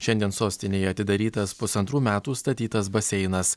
šiandien sostinėje atidarytas pusantrų metų statytas baseinas